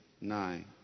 nine